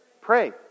pray